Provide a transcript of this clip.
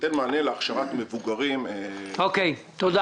הניסיון שלי איתכם הוא ניסיון לא